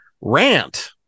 Rant